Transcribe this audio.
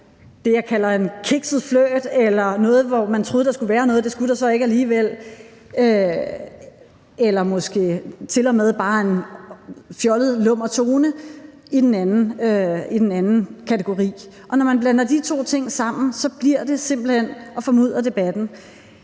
som jeg kalder en kikset flirt, eller noget, hvor man troede, at der skulle være noget, og det skulle der så ikke alligevel, eller måske til og med bare en fjollet lummer tone i den anden kategori, og når man blander de to ting sammen, bliver det simpelt hen at mudre debatten.